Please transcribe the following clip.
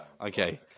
Okay